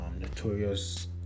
notorious